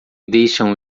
deixam